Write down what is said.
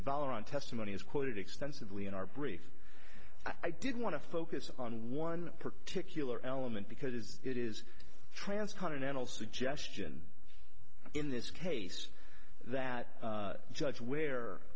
valar on testimony as quoted extensively in our brief i didn't want to focus on one particular element because it is transcontinental suggestion in this case that judge where